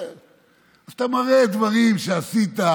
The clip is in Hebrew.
אז אתה מראה דברים שעשית,